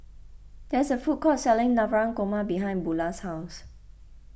there is a food court selling Navratan Korma behind Beula's house